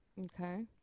Okay